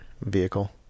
vehicle